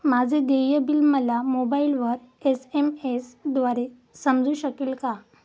माझे देय बिल मला मोबाइलवर एस.एम.एस द्वारे समजू शकेल का?